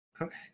Okay